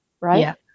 right